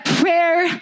prayer